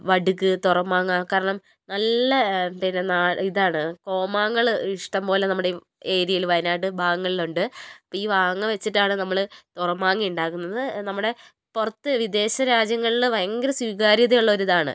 വടുക് തുറമാങ്ങ കാരണം നല്ല പിന്നെ നാ ഇതാണ് ഗോമാങ്ങകൾ ഇഷ്ടം പോലെ നമ്മുടെ ഏരിയയിൽ വയനാട് ഭാഗങ്ങളിലുണ്ട് അപ്പോൾ ഈ മാങ്ങ വെച്ചിട്ടാണ് നമ്മൾ തുറമാങ്ങ ഉണ്ടാക്കുന്നത് നമ്മുടെ പു റത്ത് വിദേശ രാജ്യങ്ങളിൽ ഭയങ്കര സ്വീകാര്യത ഉള്ള ഒരിതാണ്